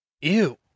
Ew